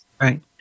Right